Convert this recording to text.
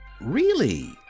Really